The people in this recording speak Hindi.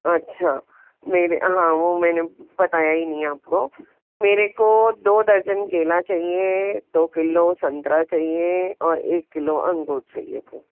अच्छा मेरे हाँ वो मैंने बताया ही नहीं आपको मेरे को दो दर्जन केला चाहिए दो किलो संतरा चाहिए और एक किलो अंगूर चाहिए थे